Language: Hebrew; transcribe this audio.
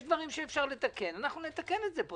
מה שניתן לתקן, נתקן פה.